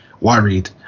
worried